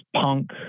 punk